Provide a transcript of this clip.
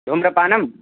धूम्रपानं